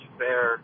fair